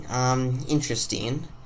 interesting